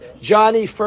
Johnny